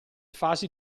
fasi